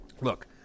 look